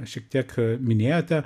šiek tiek a minėjote